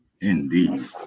indeed